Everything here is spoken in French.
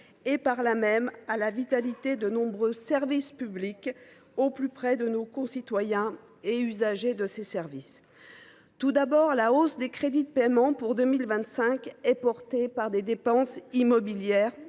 et par là même à la vitalité de nombreux services publics au plus près de nos concitoyens, qui en sont les usagers. Tout d’abord, la hausse des crédits de paiement pour 2025 est portée par les dépenses immobilières